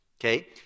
okay